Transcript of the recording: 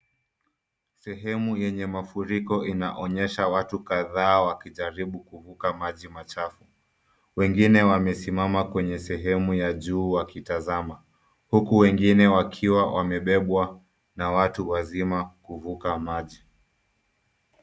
Sehemu yenye marufiko inaonyesha watu kadhaa wakijaribu kuvuka maji machafu, wengine wamesimama kwenye sehemu ya juu wakitazama, huku wengine wakiwa wamebebwa na watu wazima kuvuka maji.